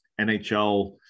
NHL